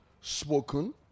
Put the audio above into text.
spoken